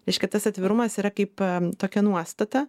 reiškia tas atvirumas yra kaip tokia nuostata